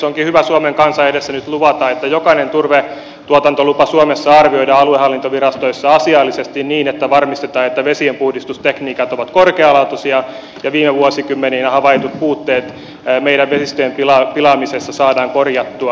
onkin hyvä suomen kansan edessä nyt luvata että jokainen turvetuotantolupa suomessa arvioidaan aluehallintovirastoissa asiallisesti niin että varmistetaan että vesienpuhdistustekniikat ovat korkealaatuisia ja viime vuosikymmeninä havaitut puutteet meidän vesistöjemme pilaamisessa saadaan korjattua